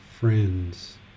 friends